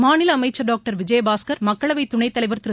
மாநில அமைச்சர் டாக்டர் விஜயபாஸ்கர் மக்களவைத் துணைத் தலைவர் திரு